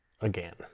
again